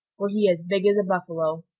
were he as big as a buffalo.